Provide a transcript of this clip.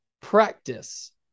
practice